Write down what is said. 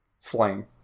flame